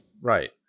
Right